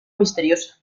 misteriosa